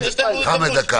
דקה.